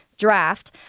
draft